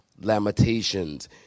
Lamentations